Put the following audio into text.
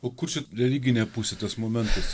o kur čia religinė pusė tas momentas